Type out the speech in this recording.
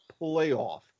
playoff